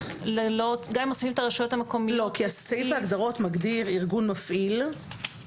כי סעיף ההגדרות מגדיר ארגון מפעיל,